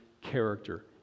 character